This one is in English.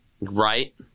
right